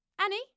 Annie